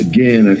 Again